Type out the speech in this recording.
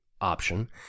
option